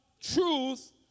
truth